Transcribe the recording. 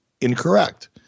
incorrect